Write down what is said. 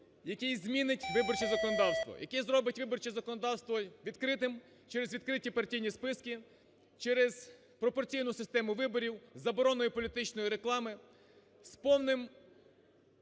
який змінить виборче законодавство, який зробить виборче законодавство відкритим через відкриті партійні списки, через пропорційну систему виборів, із забороною політичної реклами, з повним